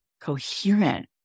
coherent